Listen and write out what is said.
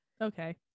okay